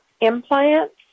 implants